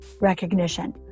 recognition